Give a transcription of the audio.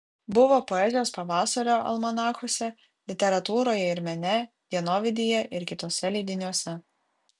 buvo poezijos pavasario almanachuose literatūroje ir mene dienovidyje ir kituose leidiniuose